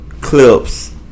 Clips